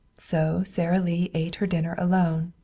so sara lee ate her dinner alone,